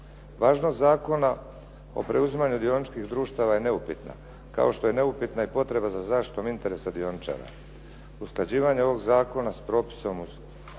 Važnost Zakona o preuzimanju dioničkih društava je neupitna kao što je neupitna i potreba za zaštitom interesa dioničara. Usklađivanje ovog zakona s propisom koji